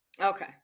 Okay